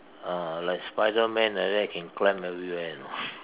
uh like Spiderman like that can climb everywhere you know